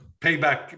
payback